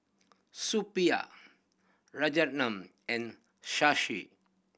Suppiah Rajaratnam and Shashi